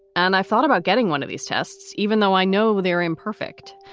and i thought about getting one of these tests, even though i know they're imperfect.